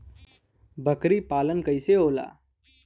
बकरी पालन कैसे होला?